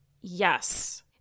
Yes